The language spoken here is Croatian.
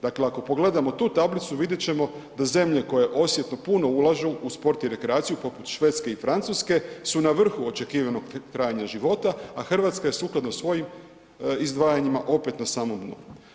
Dakle, ako pogledamo tu tablicu vidjet ćemo da zemlje koje osjetno puno ulažu u sport i rekreaciju poput Švedske i Francuske su na vrhu očekivanog trajanja života, a Hrvatska je sukladno svojim izdvajanjima opet na samom dnu.